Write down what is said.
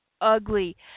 ugly